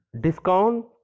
discount